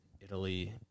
Italy